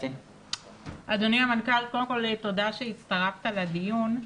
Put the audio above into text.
אדוני המנכ"ל, קודם כל תודה שהצטרפת לדיון.